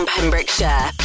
Pembrokeshire